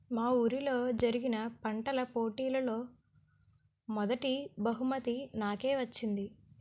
మా వూరిలో జరిగిన పంటల పోటీలలో మొదటీ బహుమతి నాకే వచ్చింది